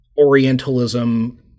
orientalism